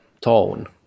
tone